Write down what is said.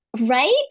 Right